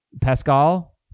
Pascal